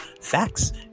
Facts